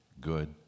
good